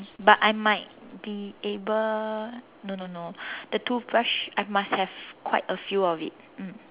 but I might be able no no no the toothbrush I must have quite a few of it mm